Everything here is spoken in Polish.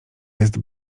jest